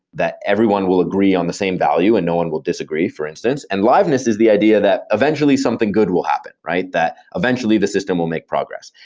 that everyone will agree on the same value and no one will disagree, for instance. and liveliness is the idea that eventually something good will happen, right? that eventually the system will make progress.